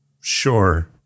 Sure